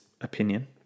opinion